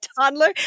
toddler